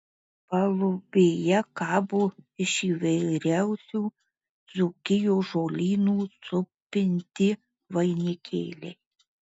palubėje kabo iš įvairiausių dzūkijos žolynų supinti vainikėliai